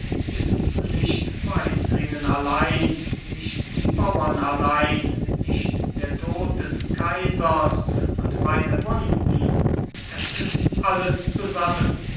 ist's nicht weislingen allein nicht die bauern allein nicht der tod des kaisers und meine wunden es ist alles zusammen